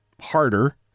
harder